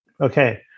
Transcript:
Okay